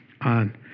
on